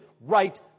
right